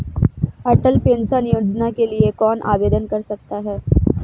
अटल pension Yojana के लिए कौन आवेदन कर सकता है?